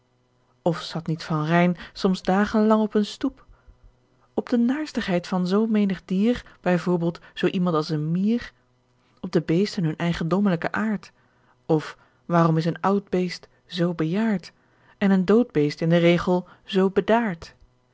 of zat niet an ijn soms dagen lang op een stoep op de naarstigheid van zoo menig dier by voorbeeld zoo iemand als een mier op de beesten hun eigendommelijken aart of waarom is een oud beest zoo bejaard en een dood beest in den regel zoo bedaard